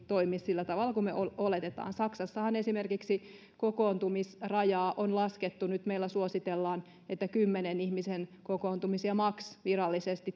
toimi sillä tavalla kuin me oletamme saksassahan esimerkiksi kokoontumisrajaa on laskettu nyt meillä suositellaan kymmenen ihmisen kokoontumisia maks virallisesti